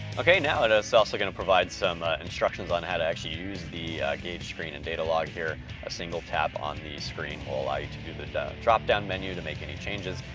okay. now, and it's also gonna provide some instructions on how to actually use the gauge screen and data log here, a single tap on the screen will allow you to do the drop-down menu to make any changes.